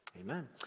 amen